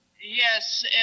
Yes